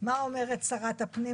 מה אומרת שרת הפנים,